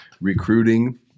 recruiting